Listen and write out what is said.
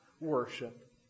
worship